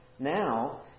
Now